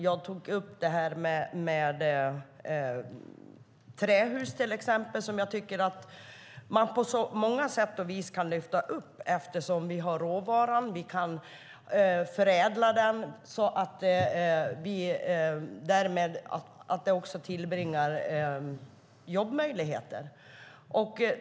Jag tog upp detta med trähus, som jag tycker att man på många sätt och vis kan lyfta upp, eftersom vi har råvaran och kan förädla den för att därmed bibringa jobbmöjligheter.